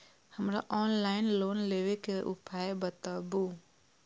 हमरा offline loan लेबे के उपाय बतबु?